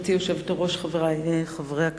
גברתי היושבת-ראש, חברי חברי הכנסת,